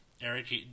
eric